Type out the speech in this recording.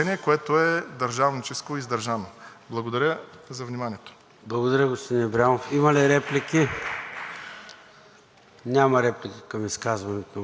Няма реплики към изказването на господин Ибрямов. Думата има Даниел Митов от парламентарната група на ГЕРБ-СДС.